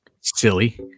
silly